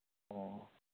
ꯑꯣ